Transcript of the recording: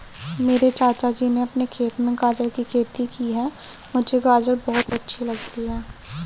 मेरे चाचा जी ने अपने खेत में गाजर की खेती की है मुझे गाजर बहुत अच्छी लगती है